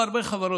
אפסים.